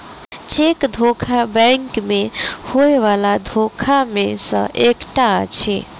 cheque धोखा bank मे होयबला धोखा मे सॅ एकटा अछि